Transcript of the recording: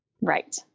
Right